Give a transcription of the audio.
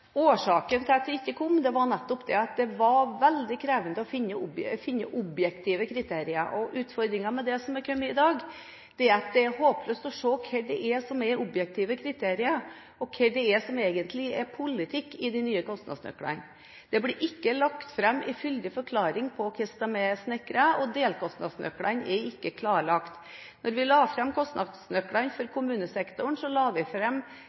årsaken til at det ikke kom, var nettopp at det var veldig krevende å finne objektive kriterier. Utfordringen med det som er kommet i dag, er at det er håpløst å se hva som er objektive kriterier, og hva som egentlig er politikk, i de nye kostnadsnøklene. Det blir ikke lagt fram en fyldig forklaring på hvordan de er snekret, og delkostnadsnøklene er ikke klarlagt. Da vi la fram kostnadsnøklene for kommunesektoren, la vi